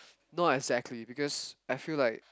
not exactly because I feel like